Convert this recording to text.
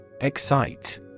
Excite